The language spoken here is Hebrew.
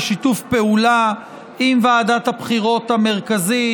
בשיתוף פעולה עם ועדת הבחירות המרכזית,